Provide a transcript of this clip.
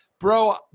Bro